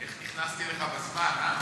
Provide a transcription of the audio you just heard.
איך נכנסתי לך בזמן, אה?